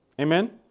Amen